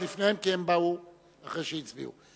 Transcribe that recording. את לפניהם, כי הם באו אחרי שהצביעו.